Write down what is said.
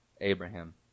Abraham